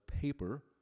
paper